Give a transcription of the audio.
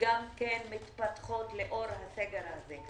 שגם כן מתפתחות לאור הסגר הזה.